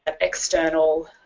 external